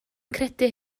credu